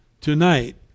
tonight